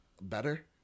better